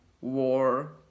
war